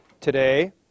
today